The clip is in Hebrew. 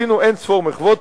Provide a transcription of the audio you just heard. עשינו אין-ספור מחוות,